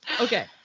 okay